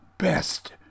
best